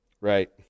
Right